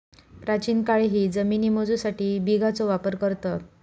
प्राचीन काळीही जमिनी मोजूसाठी बिघाचो वापर करत